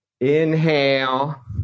Inhale